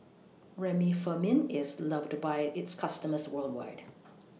Remifemin IS loved By its customers worldwide